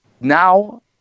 now